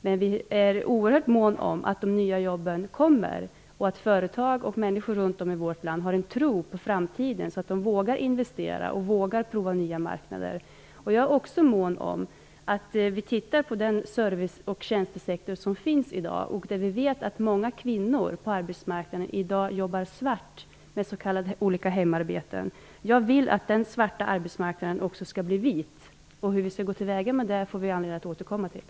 Men vi är oerhört måna om att det skall komma nya jobb och om att företag och människor runt om i vårt lag har en tro på framtiden så att de vågar investera och prova nya marknader. Jag är också mån om att vi skall se på den serviceoch tjänstesektor som finns i dag, där där vi vet att många kvinnor på arbetsmarknaden jobbar svart med olika hemarbeten. Jag vill att denna svarta arbetsmarknad skall bli vit. Hur vi skall gå till väga med det får vi anledning att återkomma till.